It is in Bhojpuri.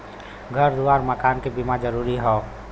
घर दुआर मकान के बीमा जरूरी हौ